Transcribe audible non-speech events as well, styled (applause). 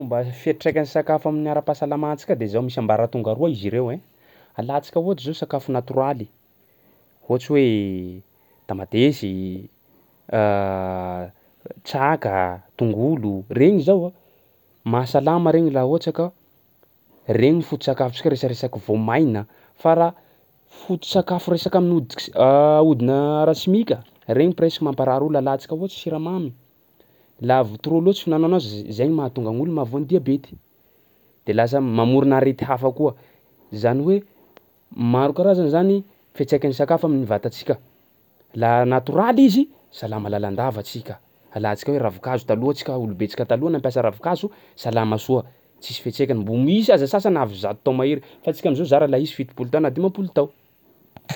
Fomba fiantraikan'ny sakafo amin'ny ara-pahasalama antsika de zao: misy ambaratonga roa izy reo ein, alantsika ohatsy zao sakafo natoraly ohatsy hoe tamatesy, (hesitation) traka, tongolo regny zao a mahasalama regny laha ohatsa ka regny foto-tsakafontsika resaresaky voamaigna; fa raha foto-tsakafo resaka amin'ny hodik- s- (hesitation) ahodina ara-simika regny presque mamparary olo, alantsika ohatsy siramamy laha vao trop loatsy fihinanao azy z- zay ny mahatonga gn'olo mahavoa ny diabety, de lasa mamorona arety hafa koa zany hoe maro karazany zany fiantsaikan'ny sakafo amin'ny vatantsika laha natoraly izy, salama lalandava antsika. Alantsika hoe ravin-kazo taloha antsika olobentsika taloha nampiasa ravin-kazo salama soa tsisy fiantsaikany, mbo misy aza sasany avy zato tao mahery fa antsika am'zao zara laha hisy fitopolo tao na dimampolo tao.